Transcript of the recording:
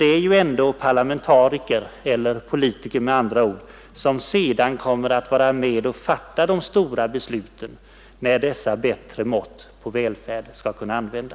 Det är ju ändå parlamentariker — eller med andra ord politiker — som sedan kommer att vara med om att fatta de stora besluten när dessa bättre mått på välfärden skall bli använda.